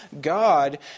God